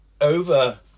over